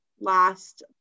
last